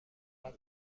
پنج